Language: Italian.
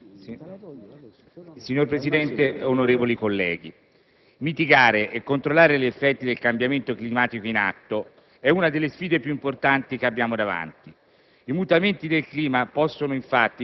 Signor Presidente, onorevoli colleghi, mitigare e controllare gli effetti del cambiamento climatico in atto è una delle sfide più importanti che abbiamo davanti: